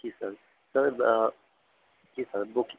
जी sir sir जी sir बुकि